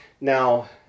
Now